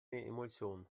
emulsion